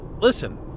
Listen